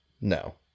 No